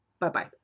Bye-bye